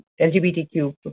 lgbtq